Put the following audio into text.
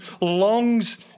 longs